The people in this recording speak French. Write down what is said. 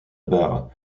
barre